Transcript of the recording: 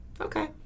Okay